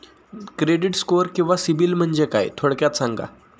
Credit score किंवा सिबिल म्हणजे काय? थोडक्यात सांगा